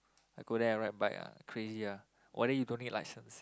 I go there and ride bike ah crazy ah oh then you don't need license